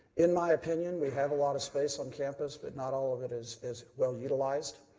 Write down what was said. in my opinion, we have a lot of space on campus. but not all of it is is well utilized.